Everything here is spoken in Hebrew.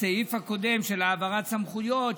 בסעיף הקודם של העברת סמכויות,